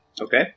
Okay